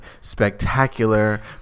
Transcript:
spectacular